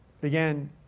began